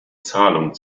zahlung